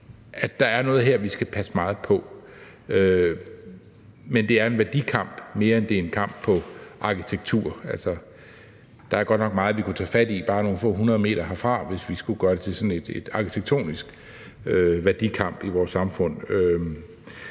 at der er noget her, vi skal passe meget på, men det er en værdikamp, mere end det er en kamp på arkitektur. Der er godt nok meget, vi kunne tage fat i bare nogle få hundrede meter herfra, hvis vi skulle gøre det til sådan en arkitektonisk værdikamp i vores samfund.